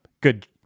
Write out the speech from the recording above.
good